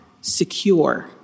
secure